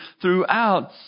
throughout